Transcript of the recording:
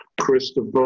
Christopher